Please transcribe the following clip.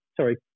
sorry